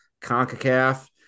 ConcaCaf